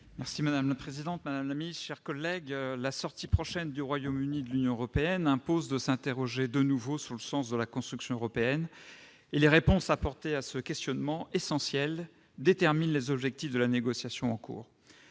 Madame la présidente, madame la ministre, mes chers collègues, la sortie prochaine du Royaume-Uni de l'Union européenne impose de s'interroger de nouveau sur le sens de la construction européenne. Les réponses apportées à ce questionnement essentiel déterminent les objectifs de la négociation en cours.